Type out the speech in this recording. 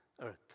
earth